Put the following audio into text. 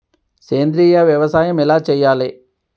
సేంద్రీయ వ్యవసాయం ఎలా చెయ్యాలే?